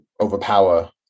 overpower